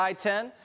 I-10